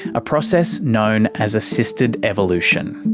a process known as assisted evolution.